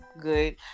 good